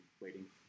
waiting